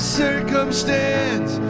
circumstance